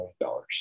dollars